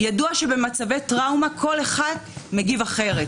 ידוע שבמצבי טראומה כל אחד מגיב אחרת.